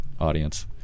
audience